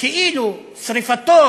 שכאילו שרפתו